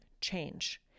change